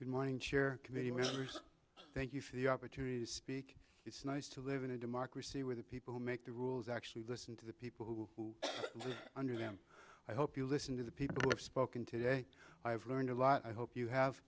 good morning sure thank you for the opportunity to speak it's nice to live in a democracy where the people who make the rules actually listen to the people who are under them i hope you listen to the people who have spoken today i've learned a lot i hope you have